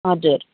हजुर